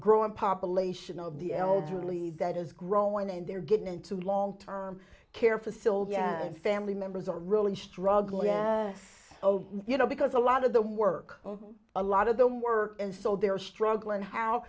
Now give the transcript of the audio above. growing population of the elderly that is growing and they're getting into long term care facility and family members are really struggling you know because a lot of the work a lot of them work and so they're struggling how